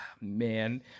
man